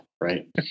Right